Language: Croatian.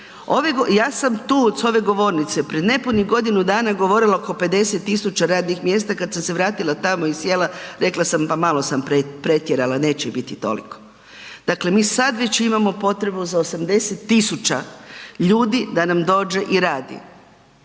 ja sam tu s ove govornice pred nepunih godinu dana govorila oko 50 tisuća radnih mjesta, kad sam se vratila tamo i sjela, rekla sam pa malo sam pretjerala, neće ih biti toliko. Dakle, mi sad već imamo potrebu za 80 tisuća ljudi da nam dođe i radi.